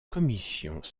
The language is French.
commissions